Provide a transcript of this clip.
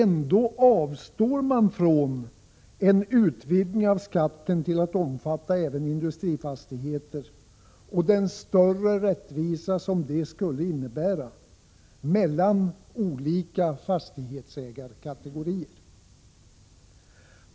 Ändå avstår man från en utvidgning av skatten till att omfatta även industrifastigheter och från den större rättvisa som detta skulle innebära när det gäller olika fastighetsägarkategorier.